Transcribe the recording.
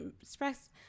express